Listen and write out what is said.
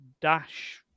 dash